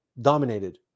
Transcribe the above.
dominated